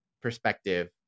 perspective